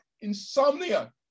insomnia